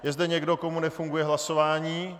Je zde někdo, komu nefunguje hlasování?